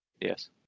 Yes